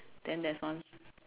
then there's one